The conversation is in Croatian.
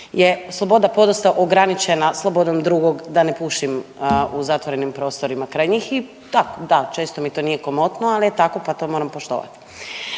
je sloboda podosta ograničenja slobodom drugog da ne pušim u zatvorenim prostorima kraj njih i tako da često mi to nije komotno, ali je tako pa to moram poštovati.